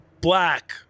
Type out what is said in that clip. black